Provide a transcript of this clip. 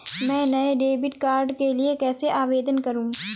मैं नए debit card के लिए कैसे आवेदन करूं?